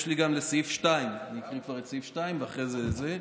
יש לי גם לסעיף 2. אני אקריא כבר את סעיף 2 ואחרי זה את זה.